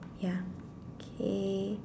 ya K